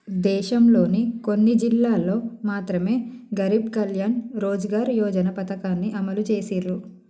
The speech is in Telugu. దేశంలోని కొన్ని జిల్లాల్లో మాత్రమె గరీబ్ కళ్యాణ్ రోజ్గార్ యోజన పథకాన్ని అమలు చేసిర్రు